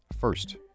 First